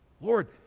Lord